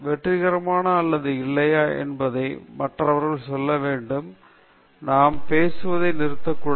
வெற்றிகரமான அல்லது இல்லையா என்பதை மற்றவர்கள் சொல்ல வேண்டும் நாம் பேசுவதை நிறுத்தக்கூடாது